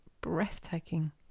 breathtaking